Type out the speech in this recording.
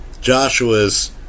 Joshua's